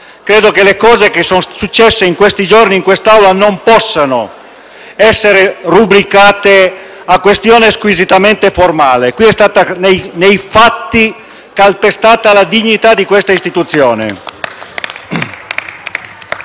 Credo che le cose che sono successe, in questi giorni, in quest'Aula non possano essere rubricate a questione squisitamente formale. Qui è stata, nei fatti, calpestata la dignità dell'Istituzione.